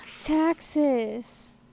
Taxes